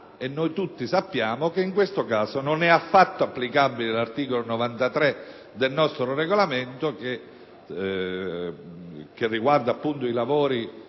e noi tutti sappiamo, che in questo caso non è affatto applicabile l'articolo 93 del nostro Regolamento, che riguarda appunto i lavori